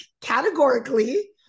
categorically